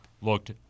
looked